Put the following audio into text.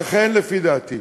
לכן, לפי דעתי,